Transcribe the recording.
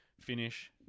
finish